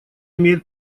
имеет